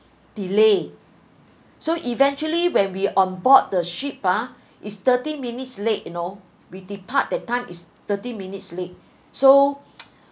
delay so eventually when we on board the ship ah it's thirty minutes late you know we depart that time is thirty minutes late so